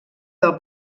del